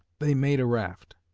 they made a raft.